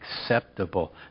acceptable